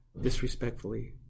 disrespectfully